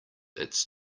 its